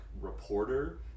reporter